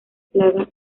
plaga